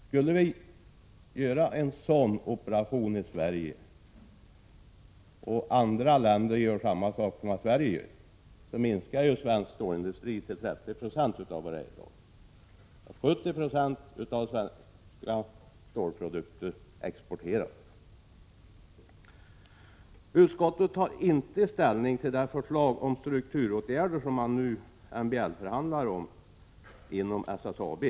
Skulle vi göra en sådan operation här i Sverige och andra länder gjorde samma sak, skulle svensk stålindustri minskas till 30 26 av vad den är i dag. 70 70 av svenska stålprodukter exporteras. Utskottet tar inte ställning till det förslag till strukturåtgärder som man nu MBL-förhandlar om inom SSAB.